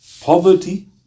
Poverty